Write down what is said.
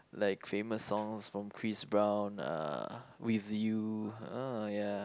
like famous songs from Chris Brown uh With You uh ya